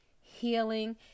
healing